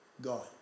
God